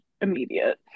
immediate